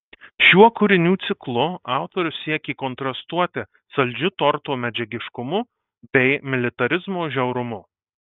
šiuo kūrinių ciklu autorius siekė kontrastuoti saldžiu torto medžiagiškumu bei militarizmo žiaurumu